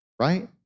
right